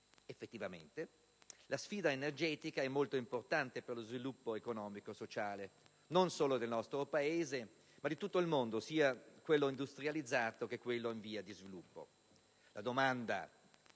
Effettivamente, la sfida energetica è molto importante per lo sviluppo economico e sociale non solo del nostro Paese ma di tutto il mondo, che quello industrializzato sia quello in via di sviluppo.